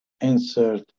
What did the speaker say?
insert